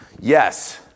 Yes